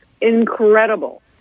incredible